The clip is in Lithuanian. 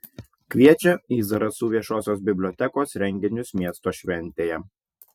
kviečia į zarasų viešosios bibliotekos renginius miesto šventėje